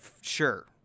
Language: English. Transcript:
sure